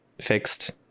fixed